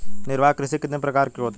निर्वाह कृषि कितने प्रकार की होती हैं?